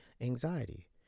anxiety